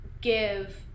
give